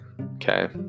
okay